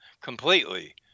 completely